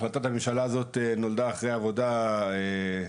החלטת הממשלה הזאת נולדה אחרי עבודה בין